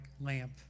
lamp